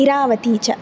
इरावती च